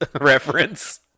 reference